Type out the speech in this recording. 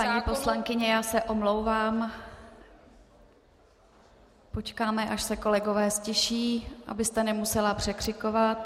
Paní poslankyně, já se omlouvám, počkáme, až se kolegové ztiší, abyste je nemusela překřikovat.